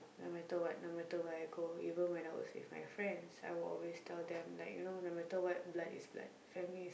no matter what no matter where I go even if I was with my friends I will always tell them like you know no matter what blood is like family is